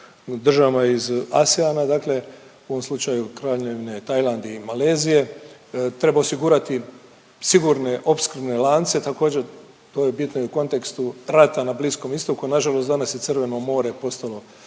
državama iz ASEAN-a dakle u ovom slučaju Kraljevine Tajland i Malezije treba osigurati sigurne opskrbne lance također to je bitno i u kontekstu rata na Bliskom Istoku. Nažalost, danas je Crveno more postalo